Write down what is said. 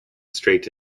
straight